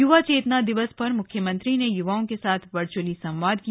य्वा चेतना दिवस पर म्ख्यमंत्री ने य्वाओं के साथ वर्च्अल संवाद किया